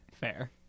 fair